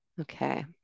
Okay